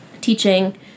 teaching